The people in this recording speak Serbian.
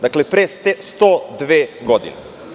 Dakle, pre 102 godine.